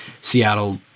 Seattle